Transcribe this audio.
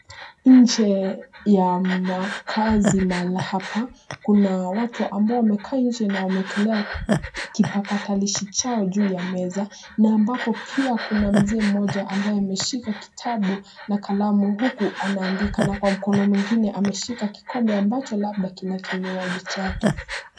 Nje ya makazi mahali hapa, kuna watu amabo wamekaa nje na wameekelea kipakatilishi chao juu ya meza, na ambapo pia kuna mzee mmoja ambaye ameshika kitabu na kalamu, huku anaandika na kwa mkono mwingine ameshika kikombe ambacho labda kina kichwaji chake.